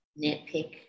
nitpick